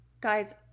guys